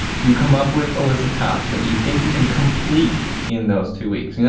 you come up with a list of tasks that you think you can complete in those two weeks. you know